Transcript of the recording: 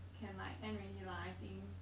can like end already lah I think